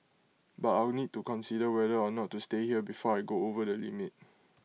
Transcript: but I'll need to consider whether or not to stay here before I go over the limit